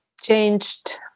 changed